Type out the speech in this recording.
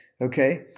Okay